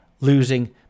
losing